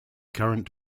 current